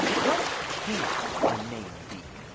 what can't a name be?